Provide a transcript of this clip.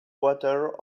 water